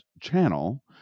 channel